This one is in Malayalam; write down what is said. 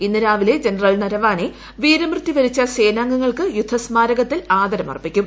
ഇന്ന് രാവിലെ ജനറൽ നരവാനേ വീരമൃത്യു വരിച്ച സേനാംഗങ്ങൾക്ക് യുദ്ധസ്മാരകത്തിൽ ആദരമർപ്പിക്കും